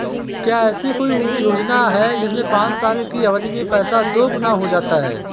क्या ऐसी कोई योजना है जिसमें पाँच साल की अवधि में पैसा दोगुना हो जाता है?